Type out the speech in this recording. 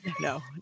No